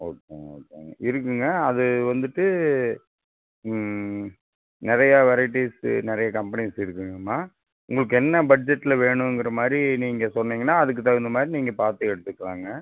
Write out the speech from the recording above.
ஓகேங்க ஓகேங்க இருக்குங்க அது வந்துவிட்டு ம் நிறையா வெரைட்டீஸ் நிறையா கம்பெனிஸ் இருக்குங்கமா உங்களுக்கு என்ன பட்ஜெட்டில் வேணுங்கிற மாதிரி நீங்கள் சொன்னிங்கனா அதுக்கு தகுந்த மாதிரி நீங்கள் பார்த்து எடுத்துக்கலாம்ங்க